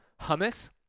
hummus